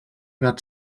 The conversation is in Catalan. gat